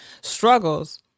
struggles